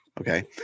okay